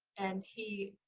and he,